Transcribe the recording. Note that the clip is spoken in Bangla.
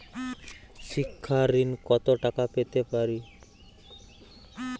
শিক্ষা ঋণ কত টাকা পেতে পারি?